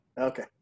okay